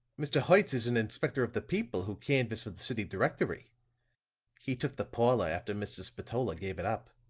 mr. hertz is an inspector of the people who canvass for the city directory he took the parlor after mr. spatola gave it up.